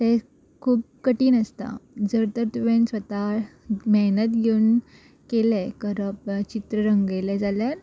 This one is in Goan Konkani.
ते खूब कठीण आसता जर तर तुवेन स्वता मेहनत घेवन केले करप चित्र रंगयले जाल्यार